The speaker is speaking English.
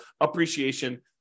appreciation